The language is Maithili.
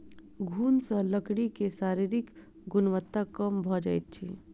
घुन सॅ लकड़ी के शारीरिक गुणवत्ता कम भ जाइत अछि